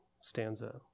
stanza